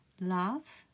love